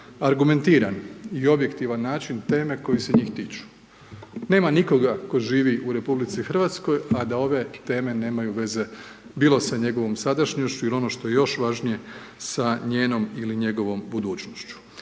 argumentiran i objektivan način teme koje se njih tiču. Nema nikoga tko živi u RH, a da ove teme nemaju veze, bilo sa njegovom sadašnjošću ili ono što je još važnije sa njenom ili njegovom budućnošću.